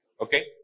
Okay